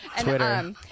Twitter